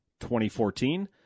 2014